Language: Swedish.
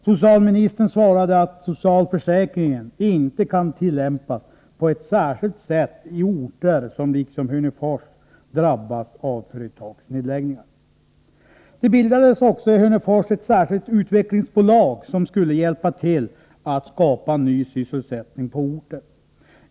Socialministern svarade att socialförsäkringen inte kan tillämpas på ett särskilt sätt i orter som liksom Hörnefors drabbas av företagsnedläggningar. Det bildades också i Hörnefors ett särskilt utvecklingsbolag, som skulle hjälpa till att skapa ny sysselsättning på orten.